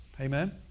Amen